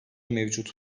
mevcut